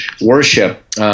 Worship